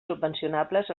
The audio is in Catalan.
subvencionables